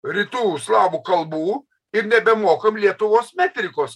rytų slavų kalbų ir nebemokam lietuvos metrikos